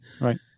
Right